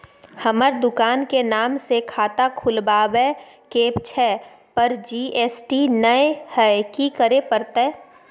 हमर दुकान के नाम से खाता खुलवाबै के छै पर जी.एस.टी नय हय कि करे परतै?